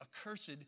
accursed